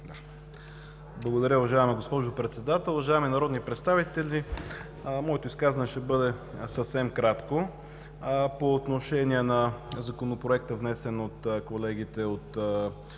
Благодаря, уважаема госпожо Председател. Уважаеми народни представители, моето изказване ще бъде съвсем кратко. По отношение на Законопроекта, внесен от колегите от